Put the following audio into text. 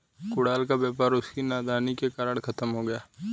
कुणाल का व्यापार उसकी नादानी के कारण खत्म हो गया